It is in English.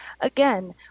again